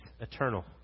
eternal